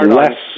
less